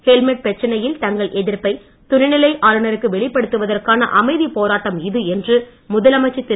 helmet பிரச்சனையில் தங்கள் எதிர்ப்பை துணை நிலை ஆளுநருக்கு வெளிப்படுத்துவதற்கான அமைதி போராட்டம் இது என்று முதலமைச்சர் திரு